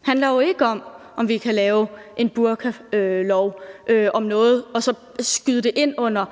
Det handler jo ikke om, om vi kan lave en burkalov om noget og så skyde det ind under